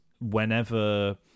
whenever